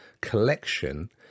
Collection